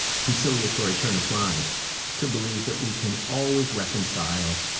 conciliatory turn of mind to believe that we can always reconcile